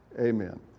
Amen